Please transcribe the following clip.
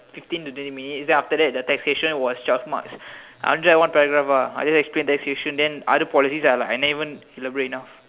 fifteen to twenty minutes then after that the taxation was twelve marks I only write one paragraph ah I only explain taxation then other policies I like I never even elaborate enough